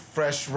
Fresh